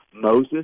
Moses